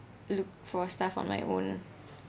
look for stuff on my own